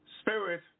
spirit